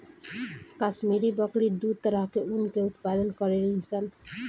काश्मीरी बकरी दू तरह के ऊन के उत्पादन करेली सन